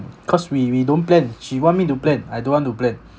cause we we don't plan she want me to plan I don't want to plan